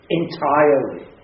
entirely